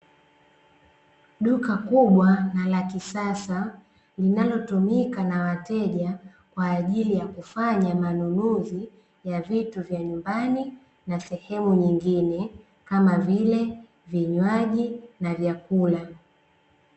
Duka kubwa na la kisasa, linalotumika nawateja kwa ajili yakufanya manunuzi ya vitu vya nyumbani, na sehemu nyingine kama vile, vinywaji na vyakula.